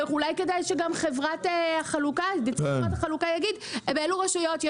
אולי כדאי שגם נציג חברת החלוקה יגיד: הבאנו רשויות.